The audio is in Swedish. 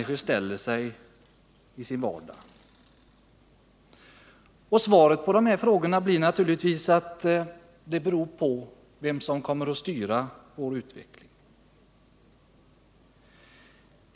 Svaret på dessa frågor blir naturligtvis att det beror på vem som kommer att styra vår utveckling.